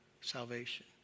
salvation